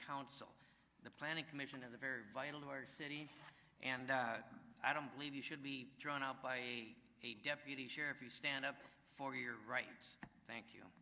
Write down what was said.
council the planning commission of a very vital to our city and i don't believe you should be drawn out by a deputy sheriff you stand up for your rights thank you